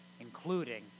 including